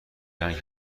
رنگ